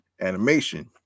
animation